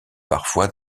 parfois